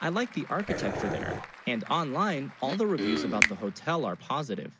i like the architecture there and online all the reviews, about the hotel are positive